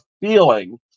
feeling